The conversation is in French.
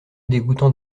dégoûtant